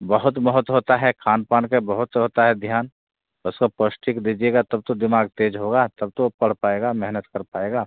बहुत बहुत होता है खान पान पर बहुत होता है ध्यान उसको पौष्टिक दीजिएगा तब तो दिमाग तेज होगा तब तो वो पढ़ पाएगा मेहनत कर पाएगा